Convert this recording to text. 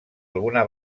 alguna